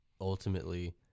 ultimately